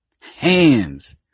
Hands